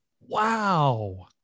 Wow